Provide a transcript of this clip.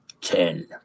ten